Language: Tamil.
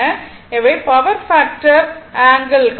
எனவே பவர் ஃபாக்டர் ஆங்கிள் cos α β